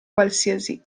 qualsiasi